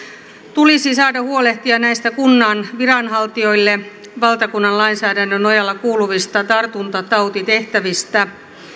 tulisi saada huolehtia näistä kunnan viranhaltijoille valtakunnan lainsäädännön nojalla kuuluvista tartuntatautitehtävistä